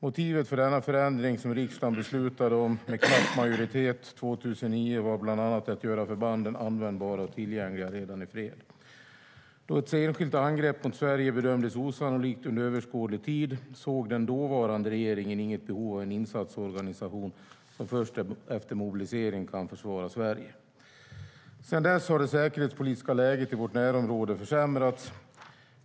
Motiven för denna förändring, som riksdagen beslutade om med knapp majoritet 2009, var bland annat att göra förbanden användbara och tillgängliga redan i fred. Då ett enskilt angrepp mot Sverige bedömdes osannolikt under överskådlig tid såg den dåvarande regeringen inget behov av en insatsorganisation som först efter mobilisering kan försvara Sverige. Sedan dess har det säkerhetspolitiska läget i vårt närområde försämrats.